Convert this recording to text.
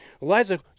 Eliza